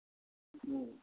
ம்